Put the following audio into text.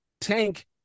Tank